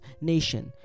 nation